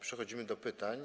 Przechodzimy do pytań.